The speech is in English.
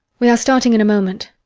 we are starting in a moment.